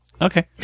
Okay